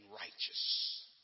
righteous